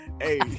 Hey